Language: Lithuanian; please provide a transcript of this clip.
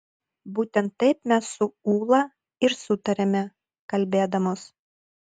būtent taip mes su ūla ir sutariame kalbėdamos